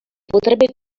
potrebbe